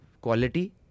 quality